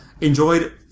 enjoyed